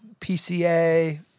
PCA